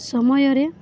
ସମୟରେ